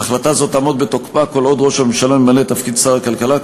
החלטה זו תעמוד בתוקפה כל עוד ראש הממשלה ממלא את תפקיד שר הכלכלה,